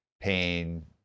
pain